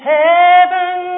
heaven